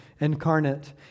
incarnate